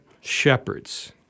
Shepherds